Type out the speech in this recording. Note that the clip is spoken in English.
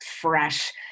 fresh